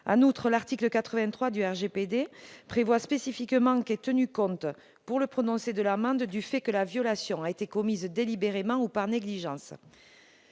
du 2 de l'article 83 du RGPD prévoit spécifiquement de tenir compte, pour le prononcé de l'amende, du fait que la violation a été commise délibérément ou par négligence.